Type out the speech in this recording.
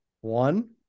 one